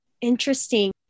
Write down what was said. Interesting